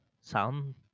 sound